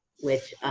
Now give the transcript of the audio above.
which